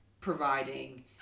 providing